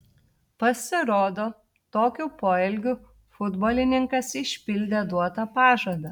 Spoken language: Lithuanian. pasirodo tokiu poelgiu futbolininkas išpildė duotą pažadą